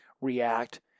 react